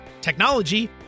technology